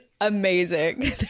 amazing